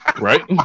Right